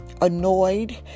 annoyed